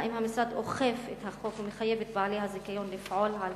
האם המשרד אוכף את החוק ומחייב את בעלי הזיכיון לפעול על-פיו?